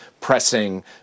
pressing